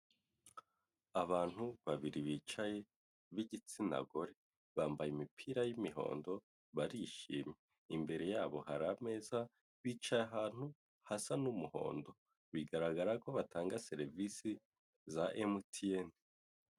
Abantu babiri bicaye b'igitsina gore, bambaye imipira y'imihondo, barishimye. Imbere yabo hari ameza, bicaye ahantu hasa n'umuhondo, bigaragara ko batanga serivisi za MTN.